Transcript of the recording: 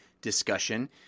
discussion